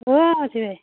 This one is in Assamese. অঁ মণি বাই